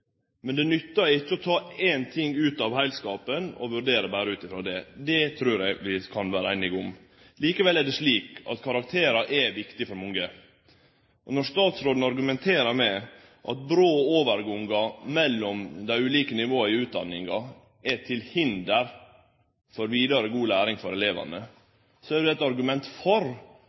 Det nyttar ikkje å ta ein ting ut av heilskapen og vurdere berre ut frå det. Det trur eg vi kan vere einige om. Likevel er det slik at karakterar er viktig for mange. Når statsråden argumenterar med at brå overgangar mellom dei ulike nivåa i utdanninga er til hinder for vidare god læring for elevane, er jo det eit argument for